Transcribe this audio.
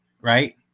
right